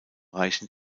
reichen